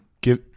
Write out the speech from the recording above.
give